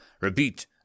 Repeat